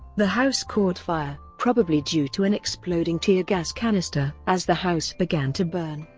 the house caught fire, probably due to an exploding tear gas canister. as the house began to burn,